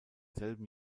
selben